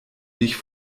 dich